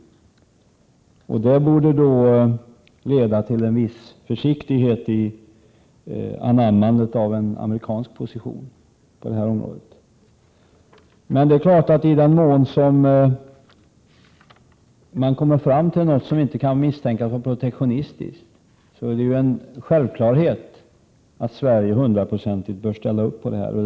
Det borde leda till en viss försiktighet i fråga om att anamma en amerikansk position på detta område. Men i den mån man kommer fram till något som inte kan misstänkas vara protektionistiskt är det en självklarhet att vi bör ställa upp hundraprocentigt.